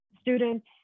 students